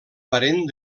parent